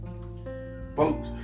boat